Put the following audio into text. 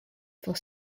for